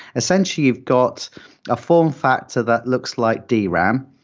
essentially you've got a form factor that looks like dram.